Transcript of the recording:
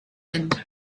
end